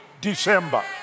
December